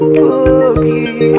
boogie